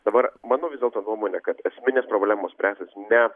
dabar mano vis dėlto nuomonė kad esminės problemos spręsis ne